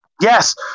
Yes